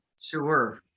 sure